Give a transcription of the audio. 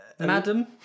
Madam